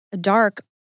dark